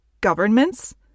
governments